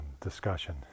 discussion